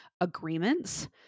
agreements